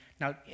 Now